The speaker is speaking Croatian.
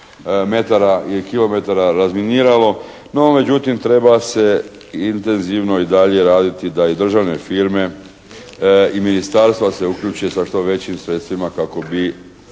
metara i kilometara razminiralo. No međutim, treba se intenzivno dalje raditi da i državne firme i ministarstva se uključe sa što većim sredstvima kako bi